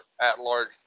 at-large